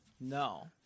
No